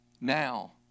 now